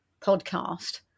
podcast